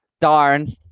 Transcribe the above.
Darn